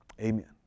Amen